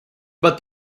but